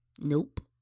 Nope